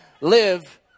live